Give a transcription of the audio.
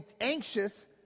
anxious